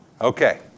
Okay